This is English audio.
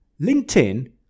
LinkedIn